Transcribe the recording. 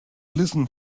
listen